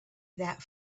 that